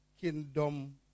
kingdom